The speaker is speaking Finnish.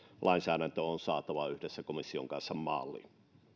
lainsäädäntö on saatava yhdessä komission kanssa maaliin